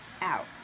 out